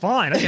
Fine